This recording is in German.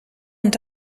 und